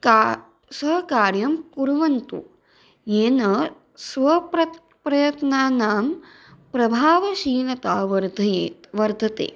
का सहकार्यं कुर्वन्तु येन स्वप्रत् प्रयत्नानां प्रभावशीलता वर्धयेत् वर्धते